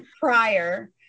prior